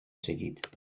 seguit